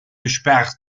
gesperrt